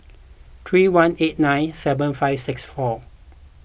three one eight nine seven five six four